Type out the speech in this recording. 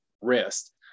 rest